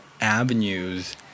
avenues